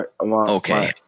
okay